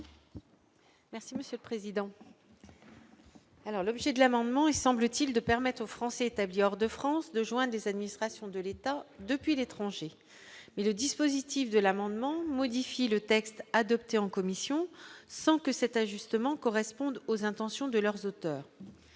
Merci monsieur le président. Alors l'objet de l'amendement est, semble-t-il, de permettre aux Français établis hors de France de joints des administrations de l'État depuis l'étranger, mais le dispositif de l'amendement modifie le texte adopté en commission, sans que cet ajustement correspondent aux intentions de leurs auteurs,